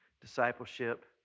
discipleship